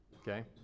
okay